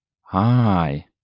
Hi